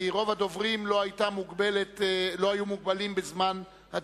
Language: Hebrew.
כי רוב הדוברים לא היו מוגבלים בזמן הדיבור.